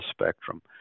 spectrum